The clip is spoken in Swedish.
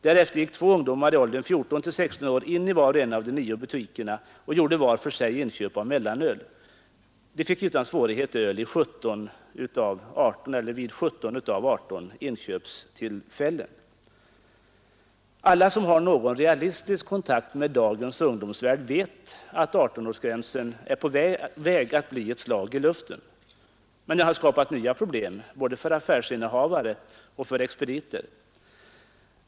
Därefter gick två ungdomar i åldern 14—16 år in i var och en av de nio butikerna och gjorde var för sig inköp av mellanöl. De fick utan svårighet öl vid 17 av 18 inköpstillfällen. Alla som har någon realistisk kontakt med dagens ungdomsvärld vet att 18-årsgränsen är på väg att bli ett slag i luften. Men den har skapat nya problem för både affärsinnehavare och expediter.